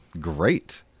Great